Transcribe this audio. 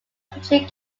pitching